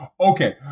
okay